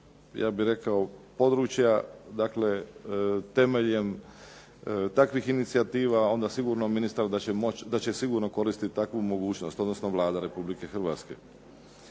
ja bih rekao područja, dakle temeljem takvih inicijativa onda sigurno ministar da će moći, da će sigurno koristiti takvu mogućnost, odnosno Vlada Republike Hrvatske.